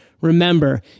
Remember